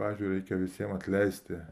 pavyzdžiui reikia visiem atleisti